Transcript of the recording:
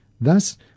Thus